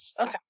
Okay